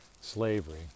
slavery